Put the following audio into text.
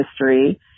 history